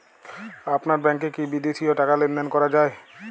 আপনার ব্যাংকে কী বিদেশিও টাকা লেনদেন করা যায়?